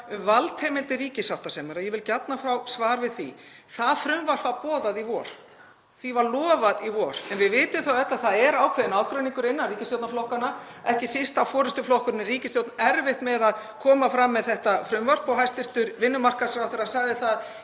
valdheimildir ríkissáttasemjara. Ég vil gjarnan fá svar við því. Það frumvarp var boðað í vor, því var lofað í vor, en við vitum það öll að það er ákveðinn ágreiningur innan ríkisstjórnarflokkanna, ekki síst á forystuflokkurinn í ríkisstjórn erfitt með að koma fram með þetta frumvarp. Hæstv. vinnumarkaðsráðherra sagði það